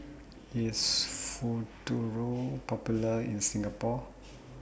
IS Futuro Popular in Singapore